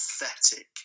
pathetic